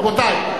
רבותי,